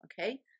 Okay